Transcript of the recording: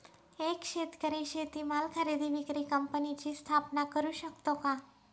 एक शेतकरी शेतीमाल खरेदी विक्री कंपनीची स्थापना करु शकतो का?